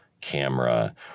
camera